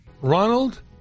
Ronald